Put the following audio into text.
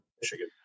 Michigan